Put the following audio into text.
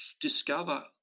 discover